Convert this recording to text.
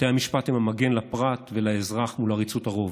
בתי המשפט הם המגן לפרט ולאזרח מול עריצות הרוב.